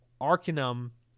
Arcanum